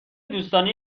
دوستانه